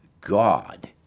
God